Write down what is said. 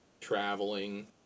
traveling